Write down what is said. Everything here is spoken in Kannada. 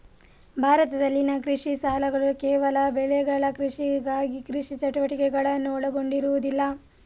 ಭಾರತದಲ್ಲಿನ ಕೃಷಿ ಸಾಲಗಳುಕೇವಲ ಬೆಳೆಗಳ ಕೃಷಿಗಾಗಿ ಕೃಷಿ ಚಟುವಟಿಕೆಗಳನ್ನು ಒಳಗೊಂಡಿರುವುದಿಲ್ಲ